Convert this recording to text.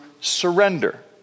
surrender